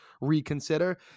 reconsider